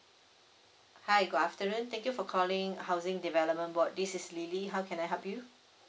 hi good afternoon thank you for calling housing and development board this is lily how can I help you